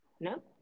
no